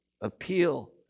appeal